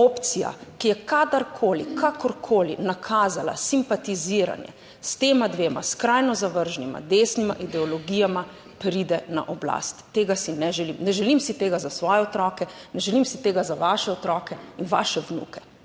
opcija, ki je kadarkoli kakorkoli nakazala simpatiziranje s tema dvema skrajno zavržnima desnima ideologijama, pride na oblast. Tega si ne želim. Ne želim si tega za svoje otroke, ne želim si tega za vaše otroke in vaše vnuke.